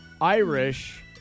Irish